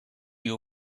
you